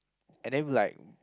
and then like